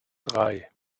drei